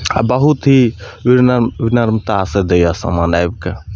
आ बहुत ही विनम्र नम्रता सऽ दैया समान आबिके